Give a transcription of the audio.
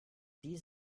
dies